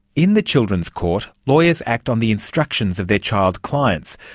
in the children's court lawyers act on the instructions of their child clients.